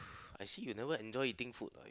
I see you never enjoy eating food what